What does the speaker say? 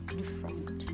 different